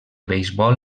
beisbol